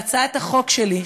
בהצעת החוק שלי,